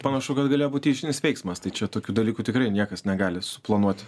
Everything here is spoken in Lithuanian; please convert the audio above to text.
panašu kad gali būti tyčinis veiksmas tai čia tokių dalykų tikrai niekas negali suplanuoti